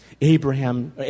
Abraham